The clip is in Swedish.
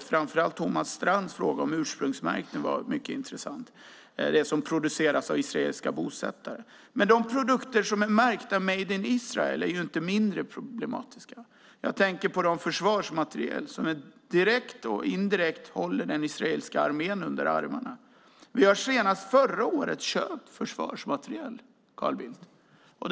Framför allt Thomas Strands interpellation om ursprungsmärkning var mycket intressant. Det gäller det som produceras av israeliska bosättare. Men de produkter som är märkta "Made in Israel" är inte mindre problematiska. Jag tänker på den försvarsmateriel som direkt och indirekt håller den israeliska armén under armarna. Senast förra året köpte vi försvarsmateriel, Carl Bildt.